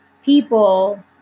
people